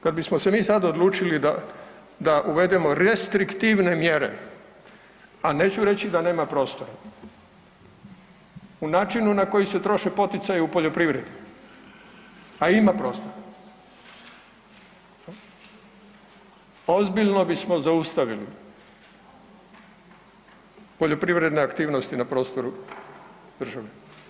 Kada bismo se mi sada odlučili da uvedemo restriktivne mjere, a neću reći da nema prostora u načinu na koji se troše poticaji u poljoprivredi, a ima prostora, ozbiljno bismo zaustavili poljoprivredne aktivnosti na prostoru države.